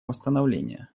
восстановление